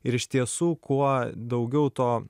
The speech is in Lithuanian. ir iš tiesų kuo daugiau to